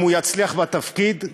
אם הוא יצליח בתפקיד,